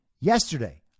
Yesterday